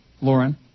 Lauren